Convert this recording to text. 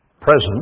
present